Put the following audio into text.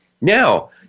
Now